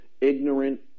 ignorant